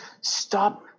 Stop